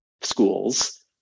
schools